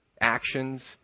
actions